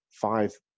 five